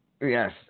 Yes